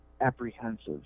apprehensive